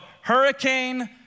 Hurricane